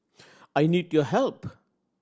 I need your help